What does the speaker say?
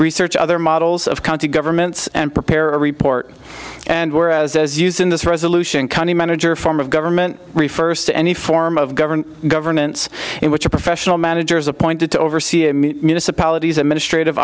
research other models of county governments and prepare a report and whereas as used in this resolution county manager form of government refers to any form of government governance in which a professional manager is appointed to oversee municipalities administrat